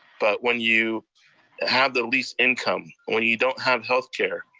but when you have the least income, when you don't have healthcare,